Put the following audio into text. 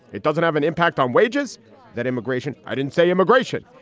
it doesn't have an impact on wages that immigration. i didn't say immigration,